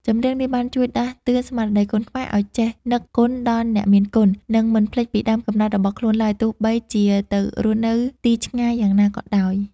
ចម្រៀងនេះ បានជួយដាស់តឿនស្មារតីកូនខ្មែរឱ្យចេះនឹកគុណដល់អ្នកមានគុណ និងមិនភ្លេចពីដើមកំណើតរបស់ខ្លួនឡើយ ទោះបីជាទៅរស់នៅទីឆ្ងាយយ៉ាងណាក៏ដោយ។